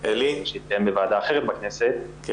שהתקיים בוועדה אחרת בכנסת,